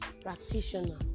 practitioner